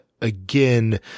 again